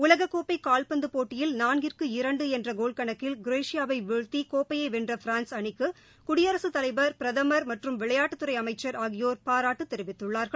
உலகக்கோப்பை கால்பந்து போட்டியில் நான்கிற்கு இரண்டு என்ற கோல் கணக்கில் குரேஷியாவை வீழ்த்தி கோப்பையை வென்ற பிரான்ஸ் அணிக்கு குடியரசுத் தலைவா் பிரதமா் மற்றும் விளையாட்டுத்துறை அமைச்சா் ஆகியோா் பாராட்டு தெரிவித்துள்ளனா்